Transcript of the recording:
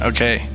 Okay